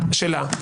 שלה.